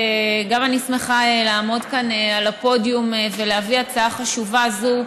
גם אני שמחה לעמוד כאן על הפודיום ולהביא הצעה חשובה זו,